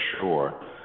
sure